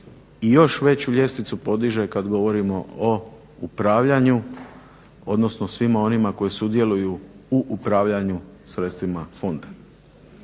i još veću ljestvicu podiže kada govorimo o upravljanju odnosno svima onima koji sudjeluju u upravljanju sredstvima fonda.